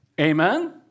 Amen